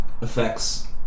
effects